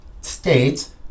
states